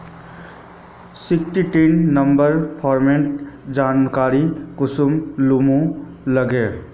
Sixteen number farmer जानकारी कुंसम लुबा लागे?